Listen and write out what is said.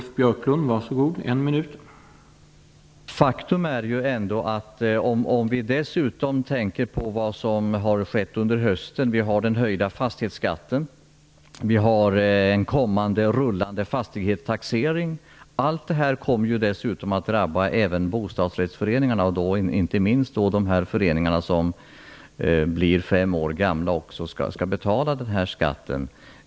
Herr talman! Faktum är att vi också måste tänka på vad som har beslutats under hösten, om höjd fastighetsskatt och en kommande rullande fastighetstaxering. Allt detta kommer att drabba även bostadsrättsföreningarna, inte minst när föreningarna blir fem år gamla och skall betala denna skatt.